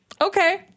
Okay